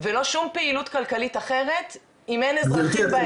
ולא שום פעילות כלכלית אחרת אם אין אזרחים באזור.